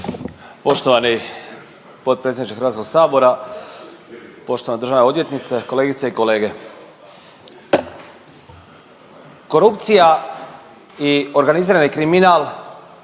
Poštovani potpredsjedniče Hrvatskog sabora, poštovana državna odvjetnice, kolegice i kolege, korupcija i organizirani kriminal